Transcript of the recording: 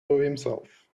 himself